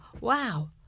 wow